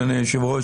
אדוני יושב הראש,